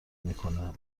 میکنه